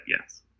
yes